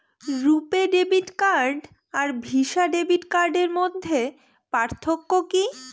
রূপে debit card আর Visa debit কার্ডের মধ্যে পার্থক্য কি?